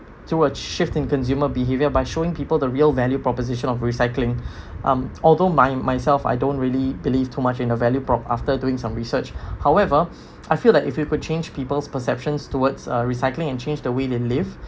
towards shifting consumer behaviour by showing people the real value proposition of recycling uh although my myself I don't really believe too much in the value prop after doing some research however I feel like if you could change people's perceptions towards uh recycling and change the way they live